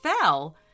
fell